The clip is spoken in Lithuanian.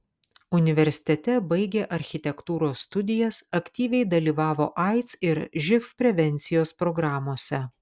universitete baigė architektūros studijas aktyviai dalyvavo aids ir živ prevencijos programose